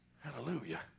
Hallelujah